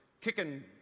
kicking